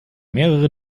mehrere